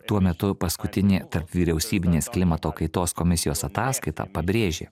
tuo metu paskutinė tarpvyriausybinės klimato kaitos komisijos ataskaitą pabrėžė